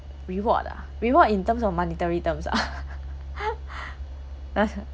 reward ah reward in terms of monetary terms ah